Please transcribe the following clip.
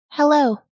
Hello